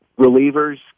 relievers